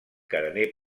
carener